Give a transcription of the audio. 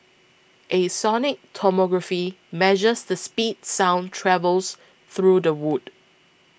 a sonic tomography measures the speed sound travels through the wood